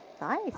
Nice